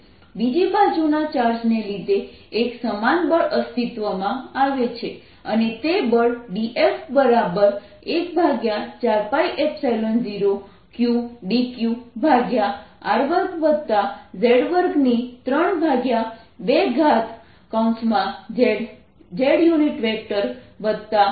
dF14π0q dqr2z232zz rx બીજી બાજુના ચાર્જને લીધે એક સમાન બળ અસ્તિત્વમાં આવે છે અને તે બળ dF 14π0q dqr2z232zzrx બનશે